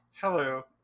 hello